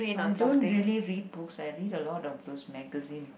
I don't really read books I read a lot of those magazine